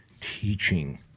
teaching